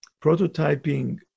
prototyping